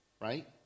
right